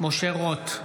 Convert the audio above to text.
משה רוט,